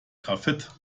graphit